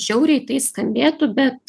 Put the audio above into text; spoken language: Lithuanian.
žiauriai tai skambėtų bet